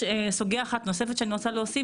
יש סוגיה אחת נוספת שאני רוצה להוסיף